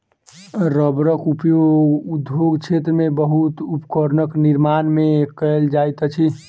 रबड़क उपयोग उद्योग क्षेत्र में बहुत उपकरणक निर्माण में कयल जाइत अछि